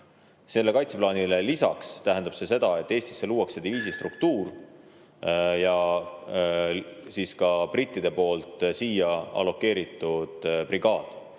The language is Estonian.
kiita. Kaitseplaanile lisaks tähendab see seda, et Eestisse luuakse diviisistruktuur ja ka brittide poolt siia allokeeritud brigaad. Nii